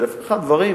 של אלף ואחד דברים,